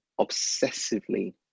obsessively